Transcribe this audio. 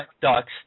Ducks